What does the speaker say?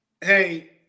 hey